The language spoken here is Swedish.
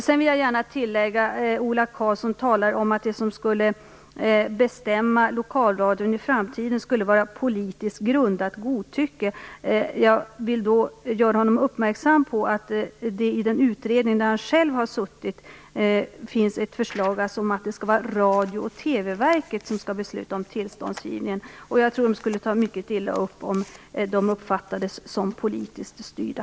Ola Karlsson talar sedan om att det som skulle bestämma lokalradion i framtiden skulle vara politiskt grundat godtycke. Jag vill göra Ola Karlsson uppmärksam på att i den utredning där han själv har suttit finns ett förslag om att det skall vara Radio och TV verket som skall besluta om tillståndsgivningen. Jag tror att de skulle ta mycket illa upp om de uppfattades som politiskt styrda.